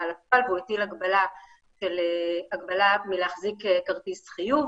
לפועל והוא הטיל הגבלה מלהחזיק כרטיס חיוב,